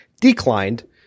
Declined